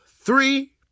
three